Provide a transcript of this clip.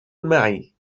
معي